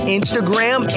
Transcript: Instagram